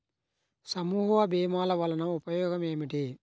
సమూహ భీమాల వలన ఉపయోగం ఏమిటీ?